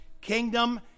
kingdom